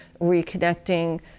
reconnecting